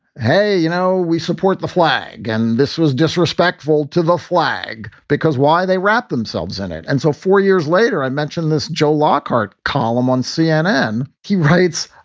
hey, you know, we support the flag. and this was disrespectful to the flag because why they wrap themselves in it. and so four years later, i mentioned this joe lockhart column on cnn. he writes,